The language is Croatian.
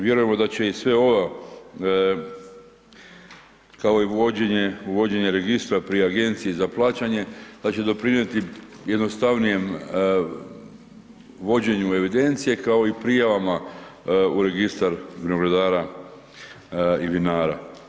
Vjerujemo da će i sve ova, kao i uvođenje registra pri Agenciji za plaćanje, da će doprinijeti jednostavnijem vođenju evidencije kao i prijavama u registar vinogradara i vinara.